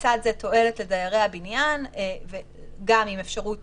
ובצד זה תועלת לדיירי הבניין גם עם אפשרות